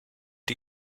die